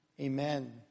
Amen